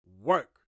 Work